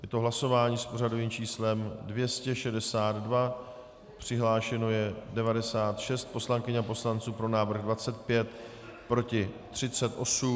Je to hlasování s pořadovým číslem 262, přihlášeno je 96 poslankyň a poslanců, pro návrh 25, proti 38.